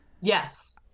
Yes